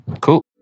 Cool